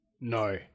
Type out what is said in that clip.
No